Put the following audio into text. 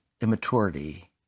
immaturity